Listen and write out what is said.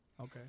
Okay